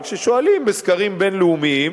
אבל כששואלים בסקרים בין-לאומיים,